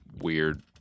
weird